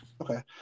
Okay